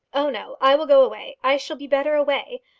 oh, no i will go away. i shall be better away.